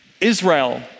Israel